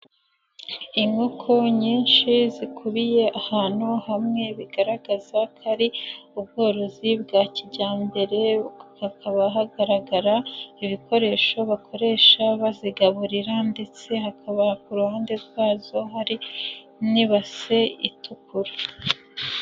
Inkoko nyinshi zikubiye ahantu hamwe bigaragaza ko ari ubworozi bwa kijyambere hakaba hagaragara ibikoresho bakoresha bazigaburira ndetse hakaba ku ruhande rwazo hari n'ibase itukura.